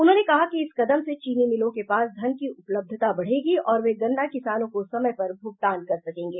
उन्होंने कहा कि इस कदम से चीनी मिलों के पास धन की उपलब्धता बढ़ेगी और वे गन्ना किसानों को समय पर भूगतान कर सकेंगे